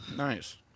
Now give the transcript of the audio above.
Nice